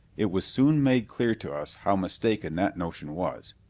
it was soon made clear to us how mistaken that notion was!